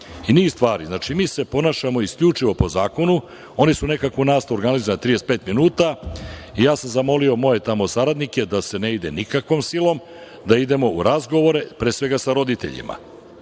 i niz stvari. Mi se ponašamo isključivo po zakonu, oni su nekakvu nastavu organizovali na 35 minuta i ja sam zamolio moje tamo saradnike da se ne ide nikakvom silom, da idemo u razgovore pre svega sa roditeljima.